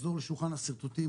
נחזור לשולחן השרטוטים,